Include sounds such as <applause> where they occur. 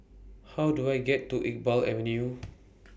How Do I get to Iqbal Avenue <noise>